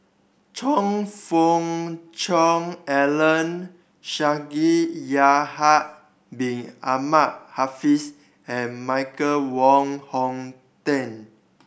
Choe Fook Cheong Alan Shaikh Yahya Bin Ahmed Afifi and Michael Wong Hong Teng